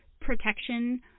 protection